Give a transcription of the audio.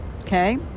okay